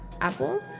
Apple